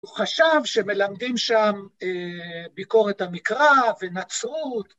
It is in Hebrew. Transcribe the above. הוא חשב שמלמדים שם ביקורת המקרא ונצרות.